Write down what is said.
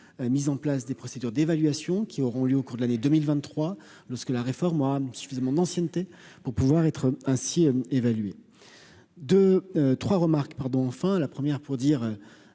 mis en place des procédures d'évaluation qui auront lieu au cours de l'année 2023 lorsque la réforme suffisamment d'ancienneté pour pouvoir être ainsi évaluer deux 3 remarques pardon, enfin la première pour dire,